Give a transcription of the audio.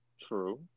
True